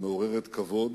מעוררת כבוד